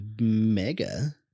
mega